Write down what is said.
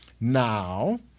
Now